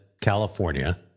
California